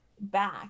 back